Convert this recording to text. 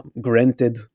granted